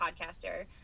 podcaster